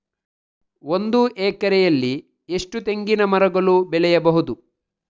ಒಂದು ಎಕರೆಯಲ್ಲಿ ಎಷ್ಟು ತೆಂಗಿನಮರಗಳು ಬೆಳೆಯಬಹುದು?